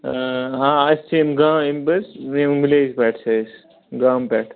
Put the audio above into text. ہاں أسۍ چھِ یم گا یِم حظ یِم وِلیج پٮ۪ٹھ چھِ أسۍ گامہٕ پٮ۪ٹھ